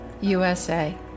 USA